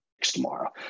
tomorrow